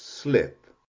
slip